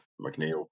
McNeil